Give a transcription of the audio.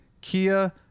Kia